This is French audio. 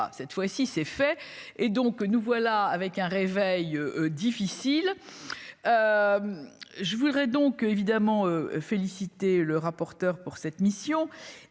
cette fois-ci c'est fait, et donc nous voilà avec un réveil difficile je voudrais donc évidemment félicité. Es le rapporteur pour cette mission